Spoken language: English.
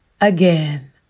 again